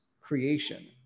creation